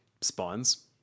spawns